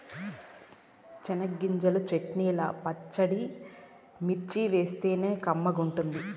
చెనగ్గింజల చెట్నీల పచ్చిమిర్చేస్తేనే కమ్మగుంటది